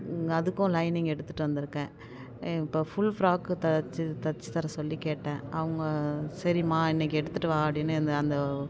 அதுக்கும் லைனிங் எடுத்துகிட்டு வந்திருக்கேன் இப்போது ஃபுல் ஃபிராக்கு தைச்சு தைச்சு தர சொல்லி கேட்டேன் அவங்க சரிம்மா இன்றைக்கி எடுத்துகிட்டு வா அப்படின்னு அந்த அந்த அ